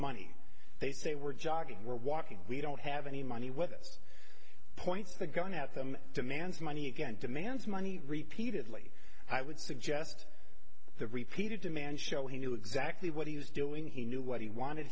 money they say we're jogging we're walking we don't have any money with us points the gun at them demands money again demands money repeated lee i would suggest the repeated demand show he knew exactly what he was doing he knew what he wanted